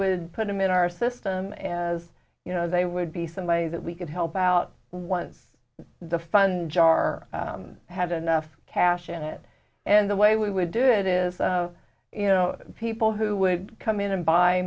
would put them in our system as you know they would be somebody that we could help out once the funds are had enough cash in it and the way we would do it is you know people who would come in and buy